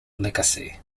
legacy